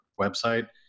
website